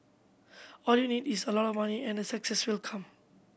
all you need is a lot of money and the success will come